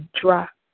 dropped